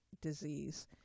disease